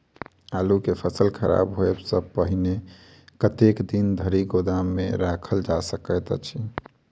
आलु केँ फसल खराब होब सऽ पहिने कतेक दिन धरि गोदाम मे राखल जा सकैत अछि?